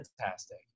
fantastic